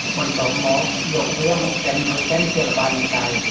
បន្ទាប់់មក យកវាមកកិនឱ្យចេញជាល្បាយម្សៅ។